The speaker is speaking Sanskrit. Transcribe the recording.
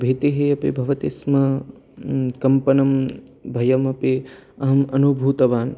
भीतिः अपि भवति स्म कम्पनं भयमपि अहम् अनुभूतवान्